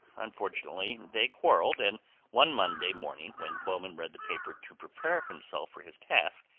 unfortunately they quarreled, and one monday morning when bowman read the paper to prepare himself for his task,